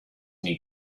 new